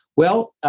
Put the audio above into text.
well,